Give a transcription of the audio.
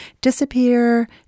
disappear